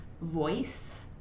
voice